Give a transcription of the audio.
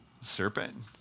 Serpent